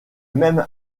même